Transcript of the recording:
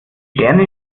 sterne